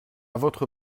votre